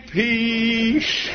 peace